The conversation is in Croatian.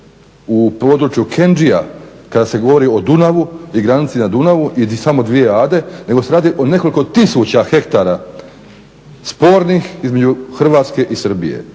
u području Kenđija kada se govori o Dunavu i granici na Dunavu i samo dvije Ade nego se radi o nekoliko tisuća hektara spornih između Hrvatske i Srbije.